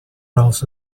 rolls